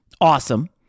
Awesome